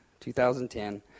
2010